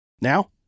Now